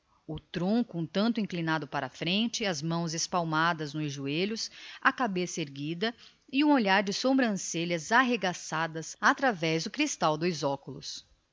o tronco inclinado para a frente as mãos espalmadas nos joelhos a cabeça erguida e um olhar de sobrancelhas arregaçadas através do cristal dos óculos